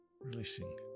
releasing